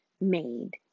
made